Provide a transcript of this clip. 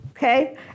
Okay